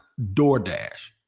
DoorDash